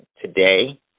today